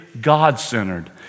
God-centered